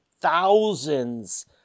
thousands